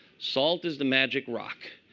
salt is the magic rock.